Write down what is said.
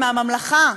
מהממלכה?